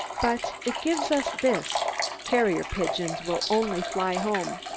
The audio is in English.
but it gives us this carrier pigeons will only fly home,